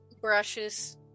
brushes